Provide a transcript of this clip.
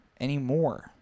anymore